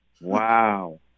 wow